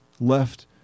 left